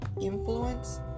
influence